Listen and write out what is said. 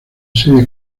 serie